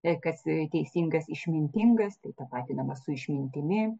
jei kas yra teisingas išmintingas tai tapatinamas su išmintimi